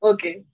Okay